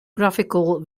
graphical